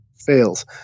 fails